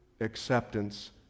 acceptance